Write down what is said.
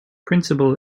principal